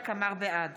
בעד